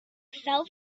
fell